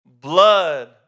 Blood